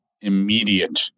immediate